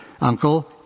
uncle